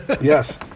Yes